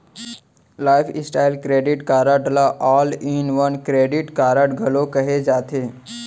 lifestyle credit card ल all in one credit card घलो केहे जाथे